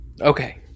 okay